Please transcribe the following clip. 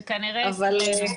זה כנראה אצלנו.